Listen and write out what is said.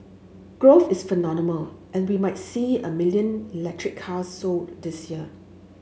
growth is phenomenal and we might see a million electric cars sold this year